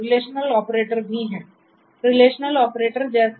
relational operator जैसे